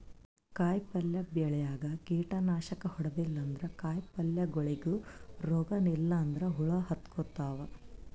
ಕಾಯಿಪಲ್ಯ ಬೆಳ್ಯಾಗ್ ಕೀಟನಾಶಕ್ ಹೊಡದಿಲ್ಲ ಅಂದ್ರ ಕಾಯಿಪಲ್ಯಗೋಳಿಗ್ ರೋಗ್ ಇಲ್ಲಂದ್ರ ಹುಳ ಹತ್ಕೊತಾವ್